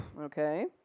Okay